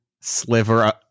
sliver